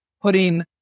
putting